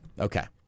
Okay